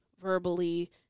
verbally